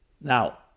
Now